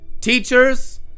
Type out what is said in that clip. teachers